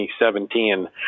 2017